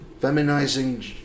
Feminizing